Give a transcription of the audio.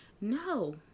No